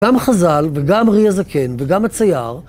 גם חז"ל, וגם רי הזקן, וגם הצייר...